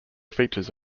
features